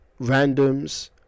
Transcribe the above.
Randoms